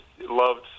loved